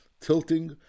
tilting